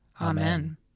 Amen